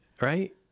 Right